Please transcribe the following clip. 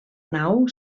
nau